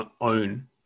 own